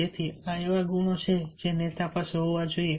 તેથી આ એવા ગુણો છે જે નેતા પાસે હોવા જોઈએ